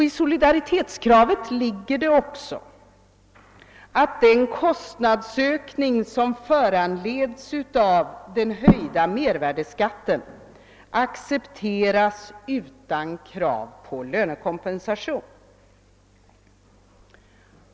I solidaritetskravet ligger att den kostnadsökning som föranleds av den höjda mervärdeskatten accepteras utan krav på lönekompensation.